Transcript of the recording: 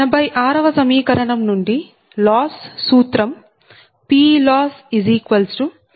86 వ సమీకరణం నుండి లాస్ సూత్రం PLossp1mq1mPpBpqPq